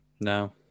No